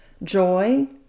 Joy